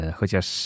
Chociaż